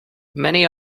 many